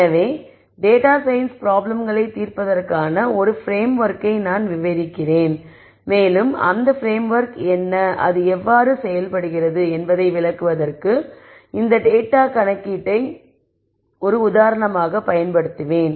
எனவே data science ப்ராப்ளம்களை தீர்ப்பதற்கான ஒரு பிரேம்ஒர்க்கை நான் விவரிக்கிறேன் மேலும் அந்த பிரேம்ஒர்க் என்ன அது எவ்வாறு செயல்படுகிறது என்பதை விளக்குவதற்கு இந்த டேட்டா கணக்கீட்டை ஒரு உதாரணமாகப் பயன்படுத்துவேன்